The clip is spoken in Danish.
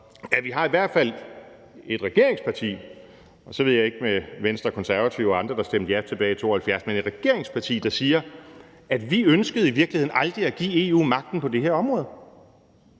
at vi i hvert fald har et regeringsparti – og så ved jeg ikke med Venstre og Konservative og de andre, som stemte ja tilbage i 1972 – der siger, at de i virkeligheden aldrig ønskede at give EU magten på det her område.